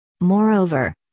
Moreover